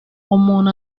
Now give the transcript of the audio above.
umuntu